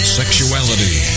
sexuality